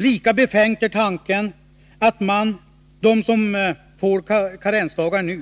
Lika befängd är tanken att de som nu får karensdagar